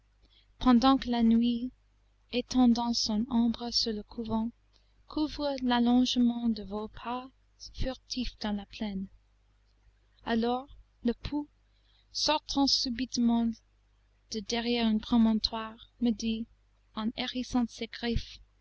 pendant que la nuit étendant son ombre sur le couvent couvre l'allongement de vos pas furtifs dans la plaine alors le pou sortant subitement de derrière un promontoire me dit en